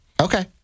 Okay